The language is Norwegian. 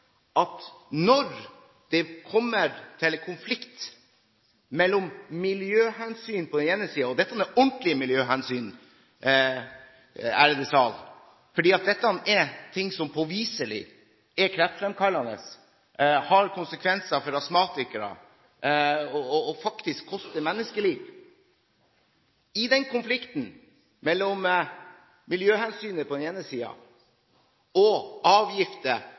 at når det kommer til konflikt mellom miljøhensyn på den ene siden – og dette er ordentlige miljøhensyn, ærede sal, for dette er ting som påviselig er kreftfremkallende, har konsekvenser for astmatikere og faktisk koster menneskeliv – og avgifter og inntekter til staten på den